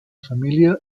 familie